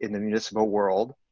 in the municipal world,